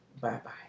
Bye-bye